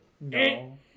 No